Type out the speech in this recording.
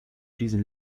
diesen